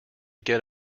get